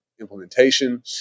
implementation